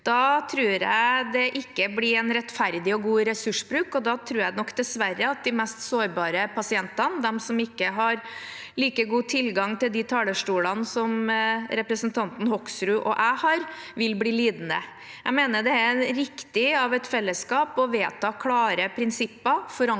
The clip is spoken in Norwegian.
tror jeg ikke det blir en rettferdig og god ressursbruk, og da tror jeg nok dessverre at de mest sårbare pasientene, de som ikke har like god tilgang til de talerstolene som representanten Hoksrud og jeg har, vil bli lidende. Jeg mener det er riktig av et fellesskap å vedta klare prinsipper, forankre